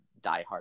diehard